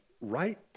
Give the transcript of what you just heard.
right